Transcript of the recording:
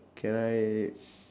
can I